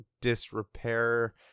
disrepair